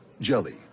Jelly